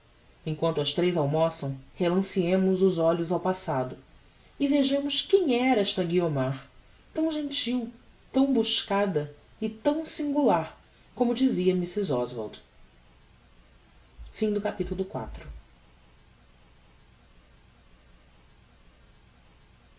quanto as tres almoçam relanceemos os olhos ao passado e vejamos quem era esta guiomar tão gentil tão buscada e tão singular como dizia mrs oswald v